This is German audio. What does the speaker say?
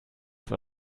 für